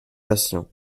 patient